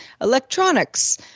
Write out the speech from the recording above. electronics